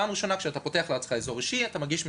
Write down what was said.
פעם ראשונה כשאתה פותח לעצמך איזור אישי אתה מגיש מסתמכים.